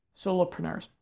solopreneurs